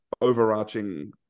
overarching